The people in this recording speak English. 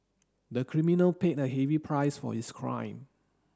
the criminal paid a heavy price for his crime